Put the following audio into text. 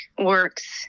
Works